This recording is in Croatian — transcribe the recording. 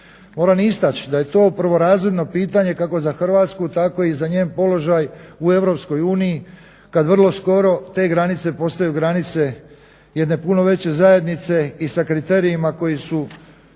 Moram istaći da je to prvorazredno pitanje kako za Hrvatsku tako i za njen položaj u EU kad vrlo skoro te granice postaju granice jedne puno veće zajednice i sa kriterijima koji su